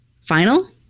final